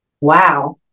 Wow